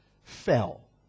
fell